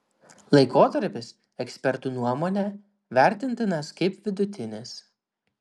laikotarpis ekspertų nuomone vertintinas kaip vidutinis